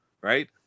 right